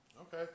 Okay